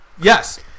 yes